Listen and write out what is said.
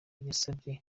yasavye